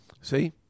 See